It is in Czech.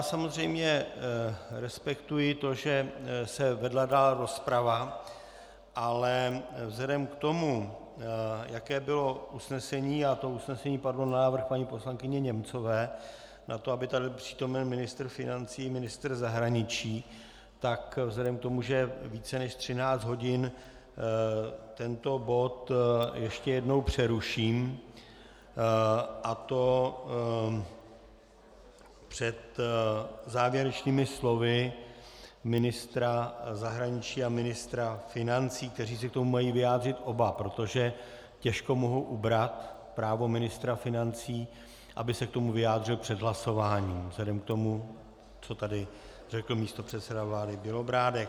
Samozřejmě respektuji to, že se vedla dál rozprava, ale vzhledem k tomu, jaké bylo usnesení, a to usnesení padlo na návrh paní poslankyně Němcové na to, aby tady byl přítomen ministr financí i ministr zahraničí, tak vzhledem k tomu, že je více než 13 hodin, tento bod ještě jednou přeruším, a to před závěrečnými slovy ministra zahraničí a ministra financí, kteří se k tomu mají vyjádřit oba, protože těžko mohu ubrat právo ministra financí, aby se k tomu vyjádřil před hlasováním vzhledem k tomu, co tady řekl místopředseda vlády Bělobrádek.